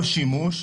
או עושה בו שימוש,